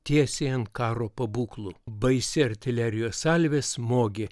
tiesiai ant karo pabūklų baisi artilerijos salvė smogė